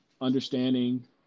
understanding